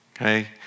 okay